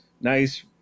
nice